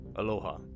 Aloha